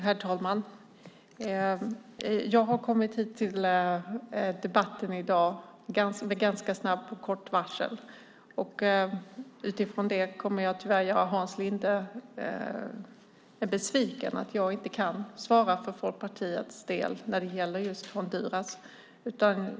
Herr talman! Med ganska kort varsel kom jag till debatten här, så jag får tyvärr göra Hans Linde besviken när jag säger att jag inte kan svara för Folkpartiets del just när det gäller Honduras.